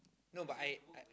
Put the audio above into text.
no but I